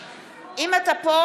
נגד עודד פורר,